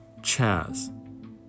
Chaz